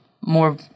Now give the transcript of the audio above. more